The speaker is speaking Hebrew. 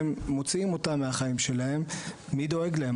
מוציאים אותם מהחיים שלהם, מי דואג להם?